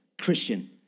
Christian